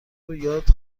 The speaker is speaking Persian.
یاد